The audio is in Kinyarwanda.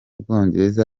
bwongereza